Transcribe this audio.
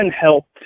helped